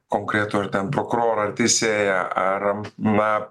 konkretų ar ten prokurorą teisėją ar na